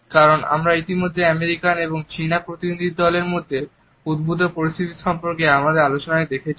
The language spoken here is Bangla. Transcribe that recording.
কারণ আমরা ইতিমধ্যে আমেরিকান এবং চীনা প্রতিনিধি দলের মধ্যে উদ্ভূত পরিস্থিতি সম্পর্কে আমাদের আলোচনায় দেখেছি